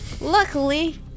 Luckily